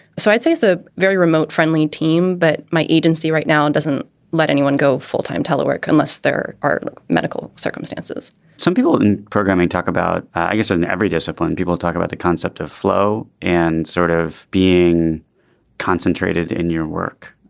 so i'd say it's a very remote, friendly team, but my agency right now and doesn't let anyone go full time telework unless there are medical circumstances some people and programming talk about, i guess in every discipline. people talk about the concept of flow and sort of being concentrated in your work.